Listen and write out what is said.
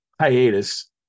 hiatus